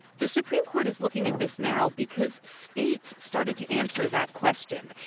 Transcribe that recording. the supreme court is looking at this now because states started to answer that question.